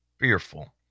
fearful